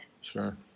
Sure